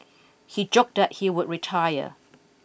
he joked that he would retire